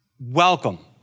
Welcome